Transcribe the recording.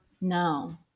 No